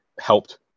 helped